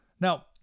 Now